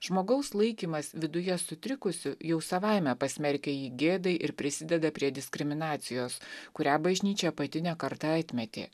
žmogaus laikymas viduje sutrikusiu jau savaime pasmerkia jį gėdai ir prisideda prie diskriminacijos kurią bažnyčia pati ne kartą atmetė